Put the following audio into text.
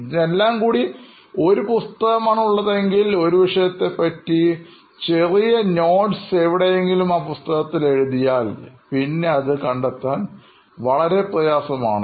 ഇതിനെല്ലാം കൂടി ഒരു പുസ്തകം ആണ് ഉള്ളതെങ്കിൽ ഒരു വിഷയത്തെ പറ്റി ചെറിയ കുറിപ്പ് എവിടെയെങ്കിലും ആ പുസ്തകത്തിൽ എഴുതിയാൽ പിന്നെ അത് കണ്ടെത്താൻ വളരെ പ്രയാസമാണ്